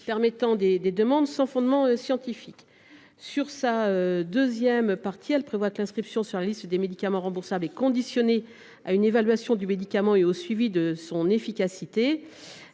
autorise des demandes sans fondement scientifique. L’amendement tend par ailleurs à prévoir que l’inscription sur la liste des médicaments remboursables est conditionnée à une évaluation du médicament et au suivi de son efficacité.